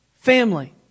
family